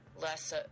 less